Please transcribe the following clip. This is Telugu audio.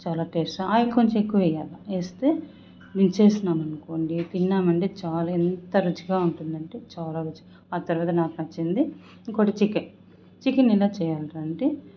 చాలా టేస్టు ఆయిల్ కొంచెం ఎక్కువేయాల వేస్తే ఇవి చేసినామానుకోండి తిన్నామంటే చాలా ఎంత రుచిగా ఉంటుందంటే చాలా రుచిగా ఆ తరువాత నాకు నచ్చింది ఇంకోటి చికెన్ చికెన్ ఎలా చేయాలిరా అంటే